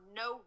no